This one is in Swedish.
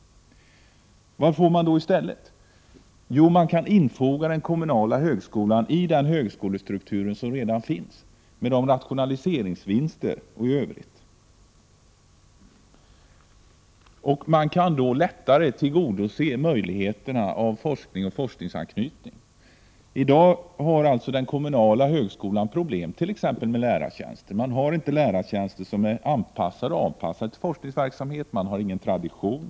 Vad får man då i stället? Jo, man kan infoga den kommunala högskolan i den högskolestruktur som redan finns med de rationaliseringsvinster detta skulle medföra. Då kan man lättare erbjuda möjligheter till forskning och forskningsanknytning. I dag har den kommunala högskolan problem, t.ex. med lärartjänster. Lärartjänsterna är inte avpassade till forskningsverksamhet. Det finns ingen tradition.